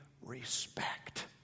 respect